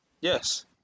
Yes